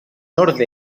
nord